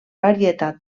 varietat